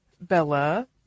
Bella